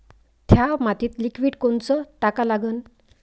थ्या मातीत लिक्विड कोनचं टाका लागन?